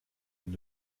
wenn